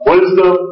Wisdom